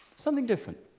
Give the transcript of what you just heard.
something different.